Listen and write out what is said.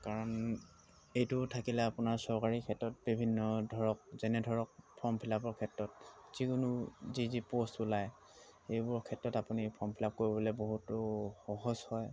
কাৰণ এইটো থাকিলে আপোনাৰ চৰকাৰী ক্ষেত্ৰত বিভিন্ন ধৰক যেনে ধৰক ফৰ্ম ফিল আপৰ ক্ষেত্ৰত যিকোনো যি যি প'ষ্ট ওলায় এইবোৰ ক্ষেত্ৰত আপুনি ফৰ্ম ফিল আপ কৰিবলৈ বহুতো সহজ হয়